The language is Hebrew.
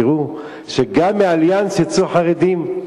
תראו שגם מ"אליאנס" יצאו חרדים.